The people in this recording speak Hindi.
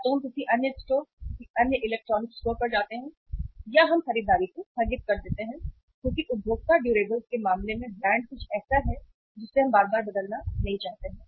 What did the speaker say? या तो हम किसी अन्य स्टोर किसी अन्य इलेक्ट्रॉनिक स्टोर पर जाते हैं या हम खरीदारी को स्थगित कर देते हैं क्योंकि उपभोक्ता ड्यूरेबल्स के मामले में ब्रांड कुछ ऐसा है जिसे हम बार बार बदलना नहीं चाहते हैं